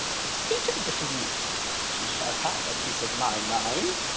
conceited little minx! she shall have a piece of my mind.